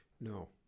No